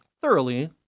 thoroughly